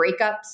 breakups